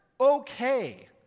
okay